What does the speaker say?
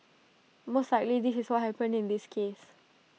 most likely this is what happened in this case